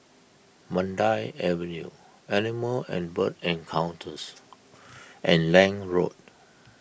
Mandai Avenue Animal and Bird Encounters and Lange Road